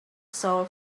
soul